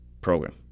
program